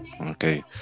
Okay